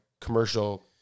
commercial